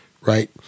Right